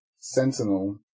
Sentinel